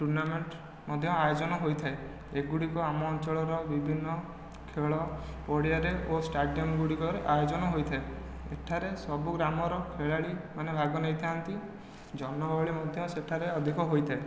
tournament ମଧ୍ୟ ଆୟୋଜନ ହୋଇଥାଏ ଏଗୁଡ଼ିକ ଆମ ଅଞ୍ଚଚଳର ବିଭିନ୍ନ ଖେଳ ପଡ଼ିଆରେ ଓ ଷ୍ଟାଡିୟମ ଗୁଡ଼ିକରେ ଆୟୋଜନ ହୋଇଥାଏ ଏଠାରେ ସବୁ ଗ୍ରାମର ଖେଳାଳି ମାନେ ଭାଗ ନେଇଥାନ୍ତି ଜନ ଗହଳି ମଧ୍ୟ ସେଠାରେ ଅଧିକ ହୋଇଥାଏ